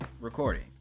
recording